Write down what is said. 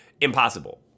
impossible